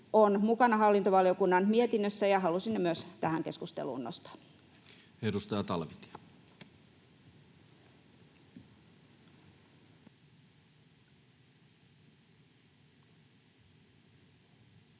ovat mukana hallintovaliokunnan mietinnössä, ja halusin ne myös tähän keskusteluun nostaa. Edustaja Talvitie. Arvoisa